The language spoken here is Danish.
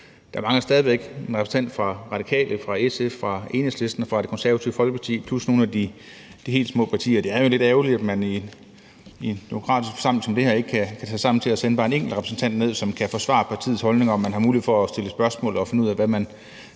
Der mangler stadig væk en repræsentant fra Radikale, fra SF, fra Enhedslisten, fra Det Konservative Folkeparti plus nogle af de helt små partier. Det er jo lidt ærgerligt, at man i en demokratisk forsamling som den her ikke kan tage sig sammen til at sende bare en enkelt repræsentant ned, som kan forsvare partiets holdning, og som vi har mulighed for at stille spørgsmål til, så vi kan finde ud af, hvad man